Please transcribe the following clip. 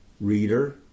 reader